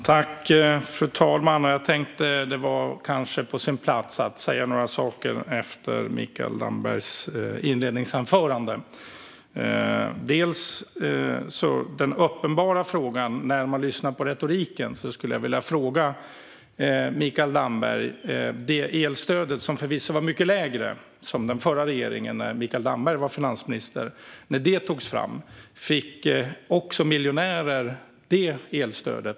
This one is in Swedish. Fru talman! Jag tänkte att det kanske var på sin plats att säga några saker efter Mikael Dambergs inledningsanförande. När man lyssnar till retoriken är den uppenbara frågan om det, förvisso mycket lägre, elstöd som den förra regeringen tog fram när Mikael Damberg var finansminister också gick till miljonärer.